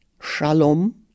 shalom